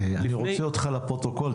אני רוצה אותך לפרוטוקול,